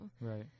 Right